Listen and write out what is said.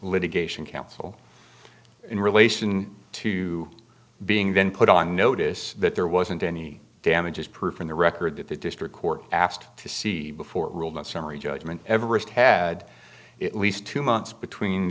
litigation counsel in relation to being been put on notice that there wasn't any damage as proof in the record that the district court asked to see before ruled on summary judgment evarist had it least two months between